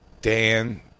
Dan